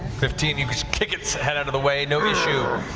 fifteen, you just kick its head out of the way, no issue.